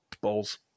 balls